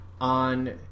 on